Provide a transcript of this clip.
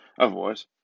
Otherwise